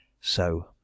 So